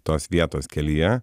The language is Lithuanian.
tos vietos kelyje